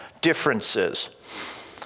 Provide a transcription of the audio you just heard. differences